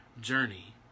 journey